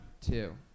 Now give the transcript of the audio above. Two